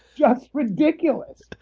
just ridiculous.